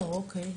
אוקיי.